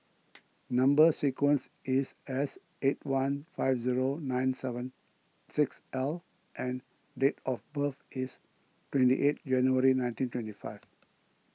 Number Sequence is S eight one five zero nine seven six L and date of birth is twenty eight January nineteen twenty five